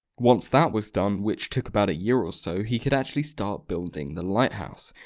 once that was done, which took about a year or so, he could actually start building the lighthouse,